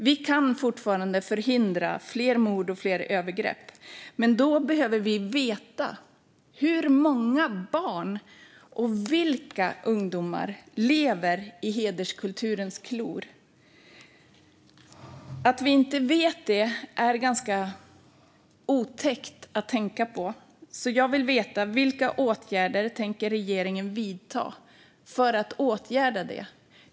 Vi kan förhindra ytterligare mord och övergrepp, men då behöver vi veta hur många och vilka barn och ungdomar som lever i hederskultur. Att vi inte vet det är ganska otäckt, så därför vill jag fråga: Vad tänker regeringen göra för att åtgärda detta?